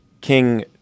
King